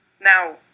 Now